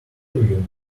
you